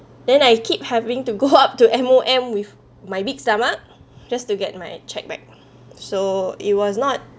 then I keep having to go up to M_O_M with my big stomach just to get my cheque back so it was not